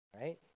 Right